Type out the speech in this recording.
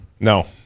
No